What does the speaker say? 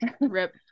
Rip